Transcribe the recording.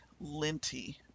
linty